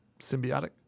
symbiotic